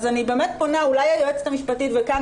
אז אני באמת פונה אולי היועצת המשפטית וכאן